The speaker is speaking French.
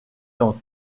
dans